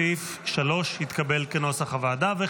סעיף 3, כנוסח הוועדה, התקבל.